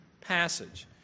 passage